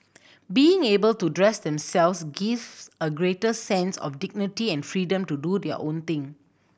being able to dress themselves gives a greater sense of dignity and freedom to do their own thing